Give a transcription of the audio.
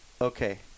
okay